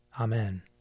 Amen